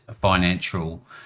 financial